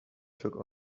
took